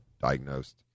diagnosed